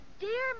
Dear